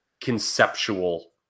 conceptual